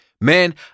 Man